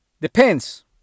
Depends